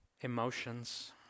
emotions